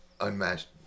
unmatched